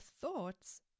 thoughts